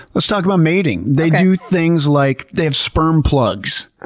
let's talk about mating. they do things like, they have sperm plugs.